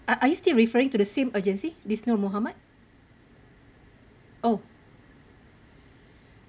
are are you still referring to the same agency this nor mohammad oh